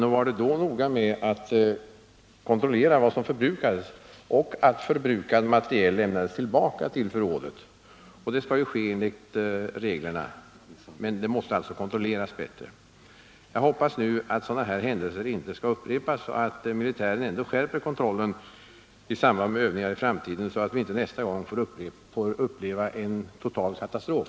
Då var det noga med att kontrollera vad som förbrukades och att oförbrukad materiel lämnades tillbaka till förrådet. Enligt reglerna skall det ske även nu, men det måste alltså kontrolleras bättre. Jag hoppas att sådana här händelser inte upprepas och att militären skärper kontrollen i samband med framtida övningar, så att vi inte nästa gång får uppleva en total katastrof.